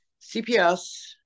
CPS